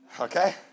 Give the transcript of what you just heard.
okay